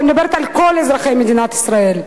ואני מדברת על כל אזרחי מדינת ישראל.